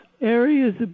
areas